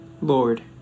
Lord